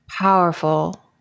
powerful